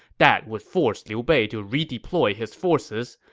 that would force liu bei to redeploy his forces,